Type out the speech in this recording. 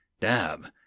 Dab